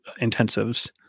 intensives